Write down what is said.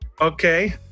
Okay